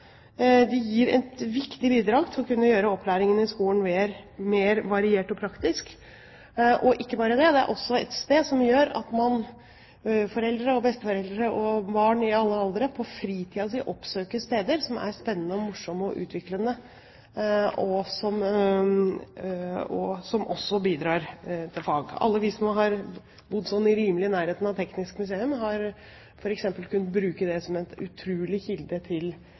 De gir et viktig bidrag til å kunne gjøre opplæringen i skolen mer variert og praktisk, og ikke bare det, det er også et sted foreldre, besteforeldre og barn i alle aldre oppsøker på fritiden – steder som er spennende, morsomme og utviklende, og som også bidrar til fag. Alle de som har bodd rimelig i nærheten av Norsk Teknisk Museum, har f.eks. kunnet bruke det som en utrolig kilde til